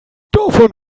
davon